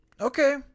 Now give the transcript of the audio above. Okay